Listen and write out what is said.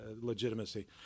legitimacy